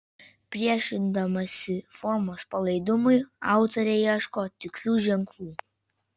priešindamasi formos palaidumui autorė ieško tikslių ženklų